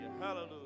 Hallelujah